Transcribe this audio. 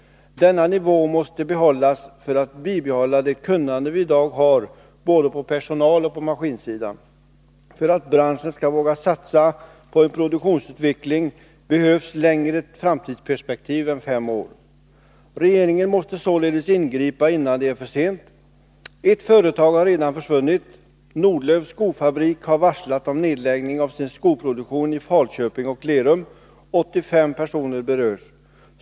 Denna nivå måste behållas för att det kunnande vi i dag har på både personaloch maskinsidan skall kunna bevaras. För att branschen skall våga satsa på en produktionsutveckling behövs längre framtidsperspektiv än fem år. Regeringen måste således ingripa innan det är för sent. Ett företag har redan försvunnit. Nordlöfs skofabrik har varslat om nedläggning av sin skoproduktion i Falköping och Lerum. 85 personer berörs.